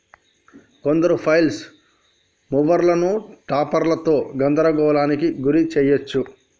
కొందరు ఫ్లైల్ మూవర్లను టాపర్లతో గందరగోళానికి గురి చేయచ్చు